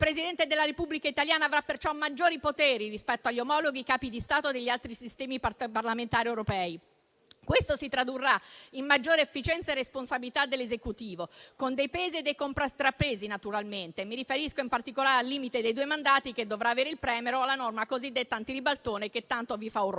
Presidente della Repubblica italiana avrà perciò maggiori poteri rispetto agli omologhi Capi di Stato degli altri sistemi parlamentari europei. Questo si tradurrà in maggiore efficienza e responsabilità dell'Esecutivo, naturalmente con dei pesi e dei contrappesi. Mi riferisco in particolare al limite dei due mandati che dovrà avere il *Premier* o la norma cosiddetta antiribaltone, che tanto vi fa orrore.